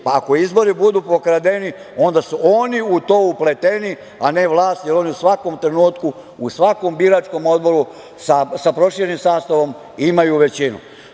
pa ako izbori budu pokradeni, onda su oni u to upleteni, a ne vlast, jer u oni u svakom trenutku u svakom biračkom odboru, sa proširenim sastavom imaju većinu. Dakle,